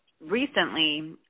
Recently